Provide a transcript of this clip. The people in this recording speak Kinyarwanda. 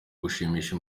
gushimisha